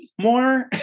more